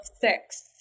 six